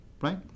right